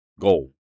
goal